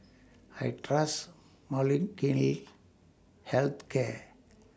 I Trust Health Care